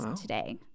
today